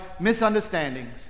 misunderstandings